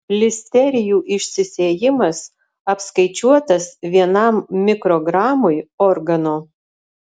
listerijų išsisėjimas apskaičiuotas vienam mikrogramui organo